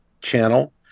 channel